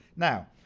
now,